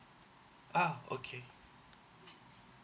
ah okay